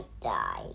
die